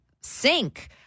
sink